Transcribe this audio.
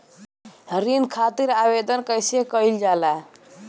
ऋण खातिर आवेदन कैसे कयील जाला?